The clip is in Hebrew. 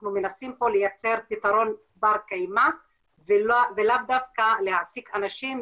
אנחנו מנסים פה לייצר פתרון בר קיימא ולאו דווקא להעסיק אנשים,